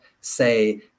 say